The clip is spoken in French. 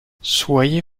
soyez